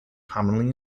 commonly